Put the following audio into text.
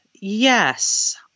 yes